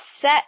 set